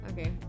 Okay